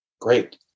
Great